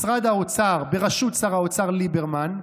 משרד האוצר בראשות שר האוצר ליברמן,